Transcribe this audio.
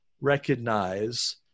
recognize